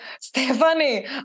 Stephanie